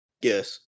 Yes